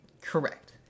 Correct